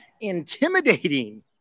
intimidating